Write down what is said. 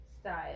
style